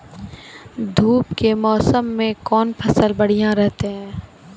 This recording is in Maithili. धूप के मौसम मे कौन फसल बढ़िया रहतै हैं?